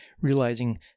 realizing